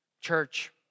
Church